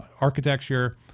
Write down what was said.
architecture